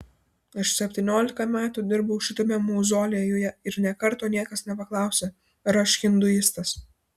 aš septyniolika metų dirbau šitame mauzoliejuje ir nė karto niekas nepaklausė ar aš hinduistas